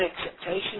acceptation